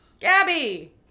Gabby